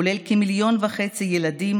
כולל כמיליון וחצי ילדים,